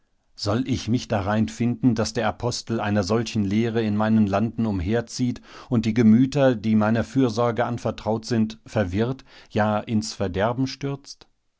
soll ich mich darein finden daß der apostel einer solchen lehre in meinen landen umherzieht und die gemüter die meiner fürsorge anvertraut sind verwirrt ja ins verderben stürzt